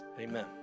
amen